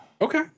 Okay